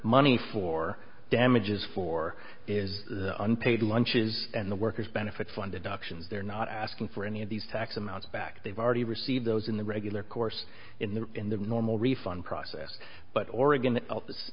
money for damages for is unpaid lunches and the workers benefit funded auctions they're not asking for any of these tax amounts back they've already received those in the regular course in the in the normal refund process but oregon health